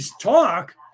talk